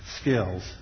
skills